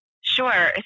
Sure